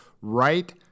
right